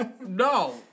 No